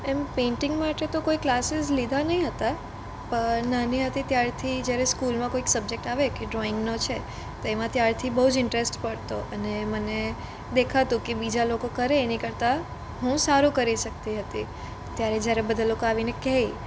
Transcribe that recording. એમ painting માટે તો કોઈ ક્લાસીસ લીધા ન હતા પણ નાની હતી ત્યારથી જ્યારે સ્કૂલમાં કોઈક સબ્જેક્ટ આવે કે ડ્રોઇંગનો છે તો એમાં ત્યારથી બહુ જ ઇન્ટરેસ્ટ પડતો અને મને દેખાતું કે બીજા લોકો કરે એની કરતાં હું સારું કરી શકતી હતી ત્યારે જ્યારે બધા લોકો આવીને કહે